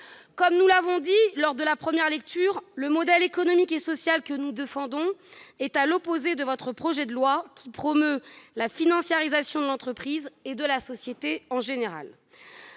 Comme nous l'avons indiqué lors de la première lecture, madame la secrétaire d'État, le modèle économique et social que nous défendons est à l'opposé de votre projet de loi, qui promeut la financiarisation de l'entreprise et de la société, en général.